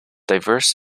diverse